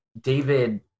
David